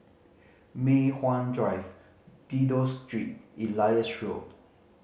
Mei Hwan Drive Dido Street Elias Road